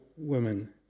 women